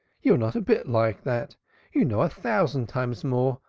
you are not a bit like that you know a thousand times more,